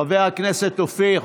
חבר הכנסת אופיר,